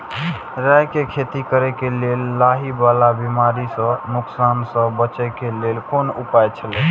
राय के खेती करे के लेल लाहि वाला बिमारी स नुकसान स बचे के लेल कोन उपाय छला?